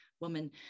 woman